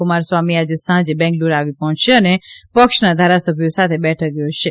કુમારસ્વામી આજે સાંજે બેંગલુરૂ આવી પહોંચશે અને પક્ષના ધારાસભ્યો સાથે બેઠક થોજશે